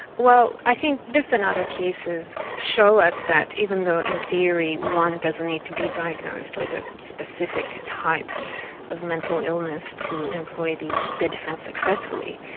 well, i think this and other cases show us that even though in theory one doesn't need to be diagnosed with a specific type of mental illness to employ the the defence successfully,